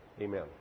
Amen